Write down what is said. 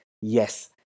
Yes